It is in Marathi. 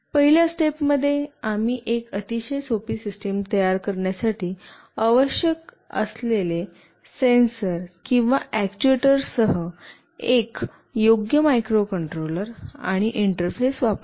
पहिल्या स्टेपमध्ये आम्ही एक अतिशय सोपी सिस्टम तयार करण्यासाठी आवश्यक सेन्सर किंवा अॅक्ट्युएटर्ससह एक योग्य मायक्रोकंट्रोलर आणि इंटरफेस वापरतो